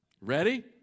Ready